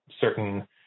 certain